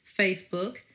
Facebook